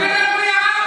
יש גם גבול לטמטום,